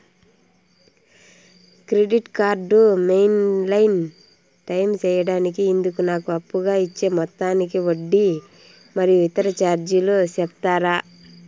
Credit card maintain time సేయడానికి ఇందుకు నాకు అప్పుగా ఇచ్చే మొత్తానికి వడ్డీ మరియు ఇతర చార్జీలు సెప్తారా?